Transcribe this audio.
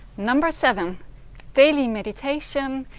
number seven daily meditation,